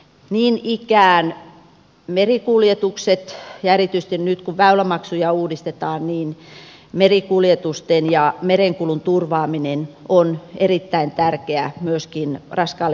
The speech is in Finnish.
niin ikään merikuljetusten erityisesti nyt kun väylämaksuja uudistetaan ja merenkulun turvaaminen on erittäin tärkeää myöskin raskaalle perusteollisuudelle